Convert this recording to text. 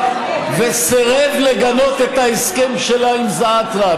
וסירב לגנות את ההסכם שלה עם זעאתרה.